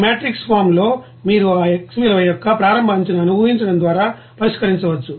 ఈ matrix form లో మీరు ఆ X విలువ యొక్క ప్రారంభ అంచనాను ఊహించడం ద్వారా పరిష్కరించవచ్చు